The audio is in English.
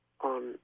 on